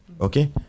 okay